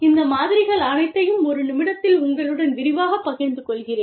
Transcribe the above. இந்த மாதிரிகள் அனைத்தையும் ஒரு நிமிடத்தில் உங்களுடன் விரிவாகப் பகிர்ந்து கொள்கிறேன்